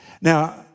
Now